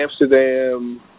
Amsterdam –